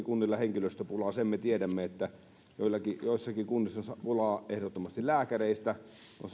kunnilla henkilöstöpulaa sen me tiedämme että joissakin kunnissa on pulaa ehdottomasti lääkäreistä